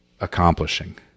accomplishing